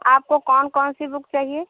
आपको कौन कौन सी बुक चाहिए